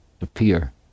appear